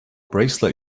bracelet